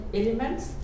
elements